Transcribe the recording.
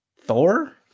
thor